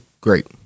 great